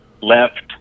left